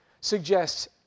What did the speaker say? Suggests